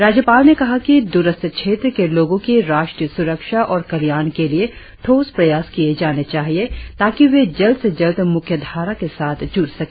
राज्यपाल ने कहा कि द्रस्थ क्षेत्र के लोगों की राष्ट्रीय सुरक्षा और कल्याण के लिए ठोस प्रयास किए जाने चाहिए ताकि वे जल्द से जल्द मुख्यधारा के साथ जुड़ सके